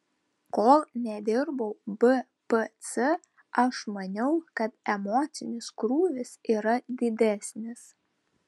kol nedirbau bpc aš maniau kad emocinis krūvis yra didesnis